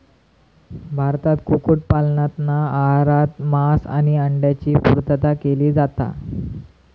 भारतात कुक्कुट पालनातना आहारात मांस आणि अंड्यांची पुर्तता केली जाता